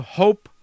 hope